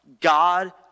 God